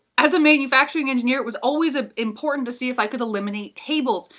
as a manufacturing engineer, it was always ah important to see if i could eliminate tables.